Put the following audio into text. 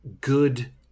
good